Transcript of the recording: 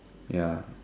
ya